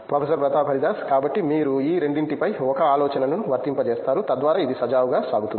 professor Pratap Haridas కాబట్టి మీరు ఈ రెండింటిపై ఒక ఆలోచనను వర్తింపజేస్తారు తద్వారా ఇది సజావుగా సాగుతుంది